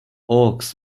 oaks